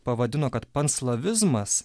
pavadino kad panslavizmas